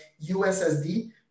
USSD